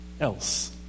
else